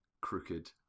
crooked